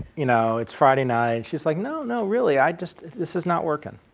you know it's friday night. she's like no, no really i just this is not working'.